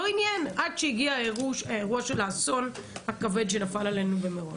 עד שהגיע אירוע האסון הכבד שנפל עלינו במירון.